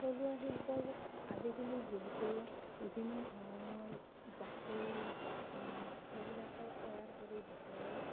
থলুৱা শিল্পৰ আজিকালি যিহেতু বিভিন্ন ধৰণৰ জাকৈ এইবিলাকো তৈয়াৰ কৰি বেতেৰে